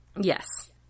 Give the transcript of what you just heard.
Yes